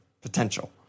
potential